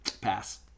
Pass